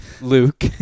Luke